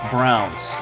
Browns